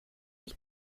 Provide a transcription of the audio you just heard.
ich